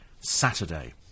Saturday